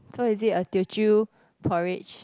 cause is it a Teochew porridge